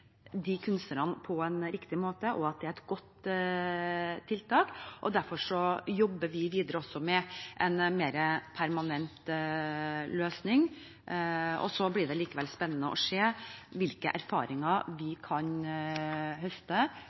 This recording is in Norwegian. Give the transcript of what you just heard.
de jobber med, og at det faktisk treffer kunstnerne på en riktig måte og er et godt tiltak. Derfor jobber vi videre med en mer permanent løsning. Så blir det likevel spennende å se hvilke erfaringer vi kan høste